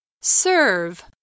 Serve